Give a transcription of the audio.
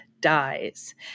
dies